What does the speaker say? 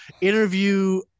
interview